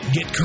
Get